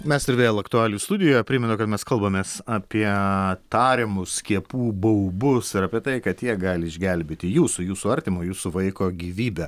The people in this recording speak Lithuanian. mes ir vėl aktualijų studijoje primenu kad mes kalbamės apie tariamus skiepų baubus ir apie tai kad jie gali išgelbėti jūsų jūsų artimo jūsų vaiko gyvybę